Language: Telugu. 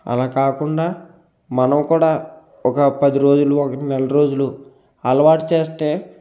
అలా కాకుండా మనం కూడా ఒక పది రోజులు ఒకటి నెల రోజులు అలవాటు చేస్తే